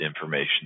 information